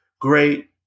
great